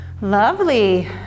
Lovely